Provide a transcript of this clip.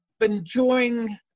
enjoying